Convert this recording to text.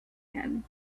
him